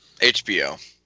hbo